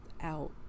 out